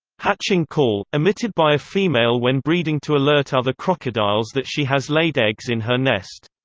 hatching call emitted by a female when breeding to alert other crocodiles that she has laid eggs in her nest.